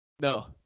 No